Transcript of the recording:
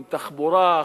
תחבורה,